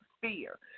fear